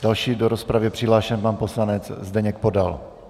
Další do rozpravy je přihlášen pan poslanec Zdeněk Podal.